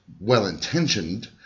well-intentioned